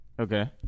Okay